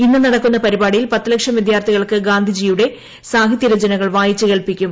ഇന്ന് നടക്കുന്ന പരിപാടിയിൽ പത്ത് ലക്ഷം വിദ്യാർത്ഥികൾക്ക് ഗാന്ധിജിയുടെ സാഹിത്യ രചനകൾ വായിച്ചു കേൾപ്പിക്കും